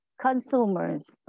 consumers